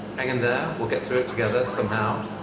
hang in there. we'll get through it together somehow.